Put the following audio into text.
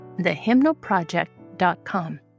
thehymnalproject.com